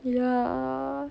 ya